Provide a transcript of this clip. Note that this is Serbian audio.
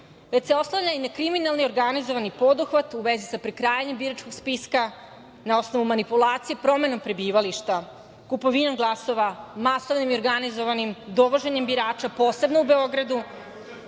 već se oslanjaju na kriminalni i organizovani poduhvat u vezi sa prekrajanjem biračkog spiska na osnovu manipulacije promenom prebivališta, kupovinom glasova, masovnim i organizovanim dovoženjem birača, posebno u Beogradu.